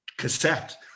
Cassette